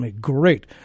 great